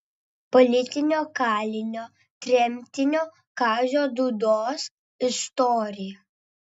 politinio kalinio tremtinio kazio dūdos istorija